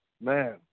man